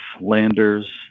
Landers